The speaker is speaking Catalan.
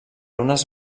unes